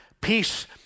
Peace